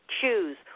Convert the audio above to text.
choose